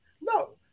No